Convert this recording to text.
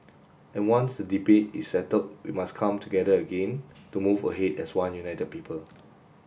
and once the debate is settled we must come together again to move ahead as one united people